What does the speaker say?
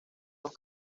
los